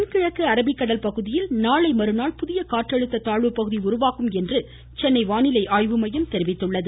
தென்கிழக்கு அரபிக்கடல் பகுதியில் நாளைமறுநாள் புதிய காற்றுழுத்த தாழ்வு பகுதி உருவாகும் என்று சென்னை வானிலை ஆய்வு மையம் தெரிவித்துள்ளது